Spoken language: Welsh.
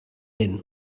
hyn